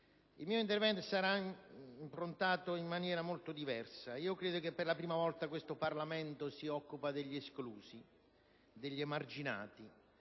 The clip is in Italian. Il mio intervento sarà impostato in maniera molto diversa. Per la prima volta il Parlamento si occupa degli esclusi e degli emarginati;